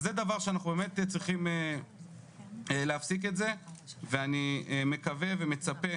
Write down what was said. אז זה דבר שאנחנו באמת צריכים להפסיק את זה ואני מקווה ומצפה